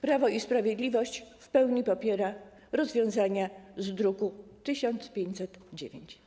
Prawo i Sprawiedliwość w pełni popiera rozwiązania z druku nr 1509.